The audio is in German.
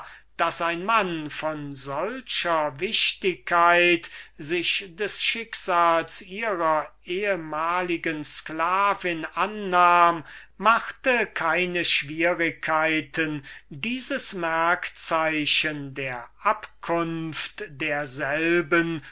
daß ein mann von solcher wichtigkeit sich des schicksals ihrer ehemaligen sklavin annahm machte keine schwierigkeiten dieses merkzeichen der abkunft